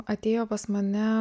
atėjo pas mane